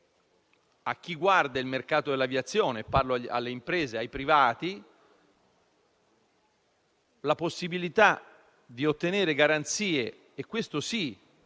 a chi opera nel mercato dell'aviazione (parlo delle imprese e dei privati) la possibilità di ottenere garanzie - queste sì